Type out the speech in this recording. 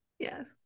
Yes